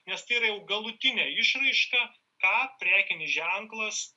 nes tai yra jau galutinė išraiška ką prekinis ženklas